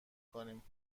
کنیم